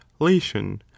lation